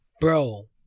Bro